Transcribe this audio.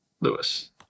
Lewis